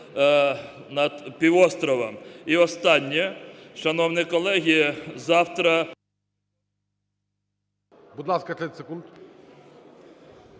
Будь ласка, 30 секунд.